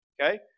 Okay